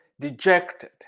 dejected